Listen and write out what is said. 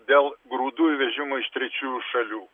dėl grūdų įvežimo iš trečiųjų šalių